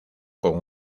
con